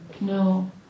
No